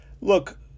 look